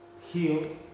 heal